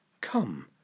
Come